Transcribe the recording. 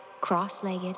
cross-legged